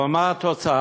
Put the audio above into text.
אבל מה התוצאה?